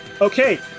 Okay